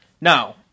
Now